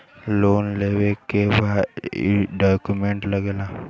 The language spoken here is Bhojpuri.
लोन लेवे के का डॉक्यूमेंट लागेला?